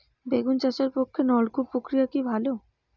বেগুন চাষের পক্ষে নলকূপ প্রক্রিয়া কি ভালো?